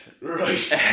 Right